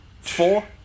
Four